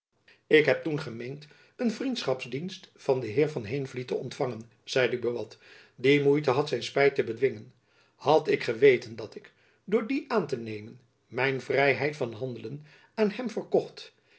ik heb toen gemeend een vriendschapsdienst van den heer van heenvliet te ontfangen zeide buat die moeite had zijn spijt te bedwingen had ik geweten dat ik door die aan te nemen mijn vrijheid van handelen aan hem verkocht